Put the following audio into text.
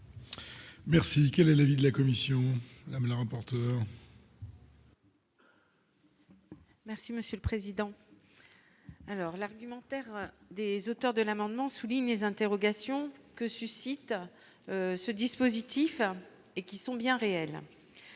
Merci, quel est l'avis de la commission Hamelin. Merci Monsieur le Président, alors l'argumentaire des auteurs de l'amendement, soulignent les interrogations que suscite ce dispositif et qui sont bien réels,